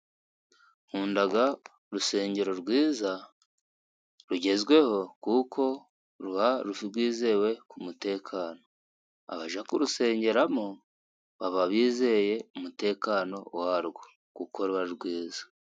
Nkunda urusengero rwiza, rugezweho, kuko ruba rwizewe ku mutekano, abajya kurusengeramo, baba bizeye umutekano warwo kuko ruba rwiza.